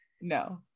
No